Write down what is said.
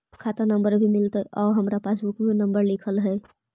खाता नंबर भी मिलतै आउ हमरा पासबुक में नंबर लिखल रह है?